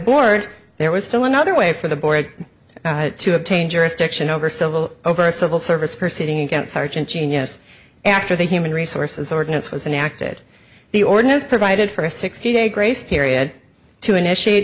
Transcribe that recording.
board there was still another way for the board to obtain jurisdiction over civil over civil service for sitting against sergeant genius after the human resources ordinance was enacted the ordinance provided for a sixty day grace period to initiate